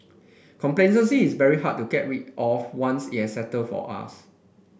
complacency is very hard to get rid of once it has settled for us